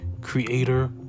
creator